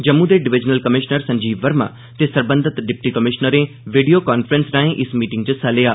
जम्मू दे divisional commissioner Sanjeev Verma ते सरबंधत डिप्टी कमिषनरे वीडियो काफ्रेंस राए इस मीटिंग च हिस्सा लैता